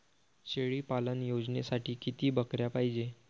शेळी पालन योजनेसाठी किती बकऱ्या पायजे?